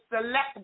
select